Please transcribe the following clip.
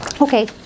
Okay